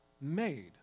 made